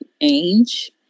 age